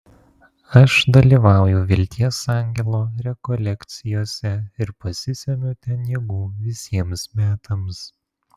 aš dalyvauju vilties angelo rekolekcijose ir pasisemiu ten jėgų visiems metams